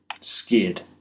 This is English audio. scared